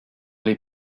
les